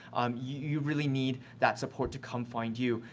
you really need that support to come find you.